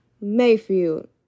Mayfield